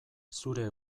zure